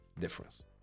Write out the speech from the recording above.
difference